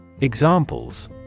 Examples